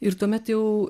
ir tuomet jau